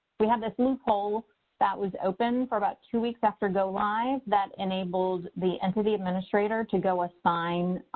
we have this loophole that was open for about two weeks after go live that enabled the entity administrator to go assign